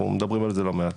אנחנו מדברים על זה לא מעט.